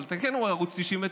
אבל אתה כן רואה ערוץ 99,